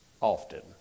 often